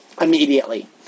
immediately